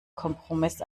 kompromiss